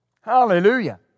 Hallelujah